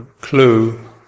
clue